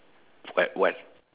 what what